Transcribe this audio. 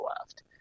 left